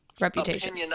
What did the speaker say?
Reputation